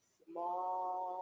small